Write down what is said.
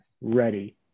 ready